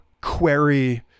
query